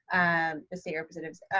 um the state representatives.